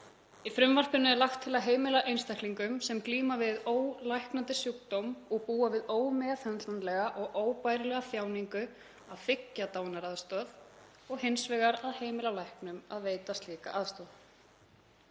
Í frumvarpinu er lagt til að heimila einstaklingum sem glíma við ólæknandi sjúkdóm og búa við ómeðhöndlanlega og óbærilega þjáningu að þiggja dánaraðstoð og hins vegar að heimila læknum að veita slíka aðstoð.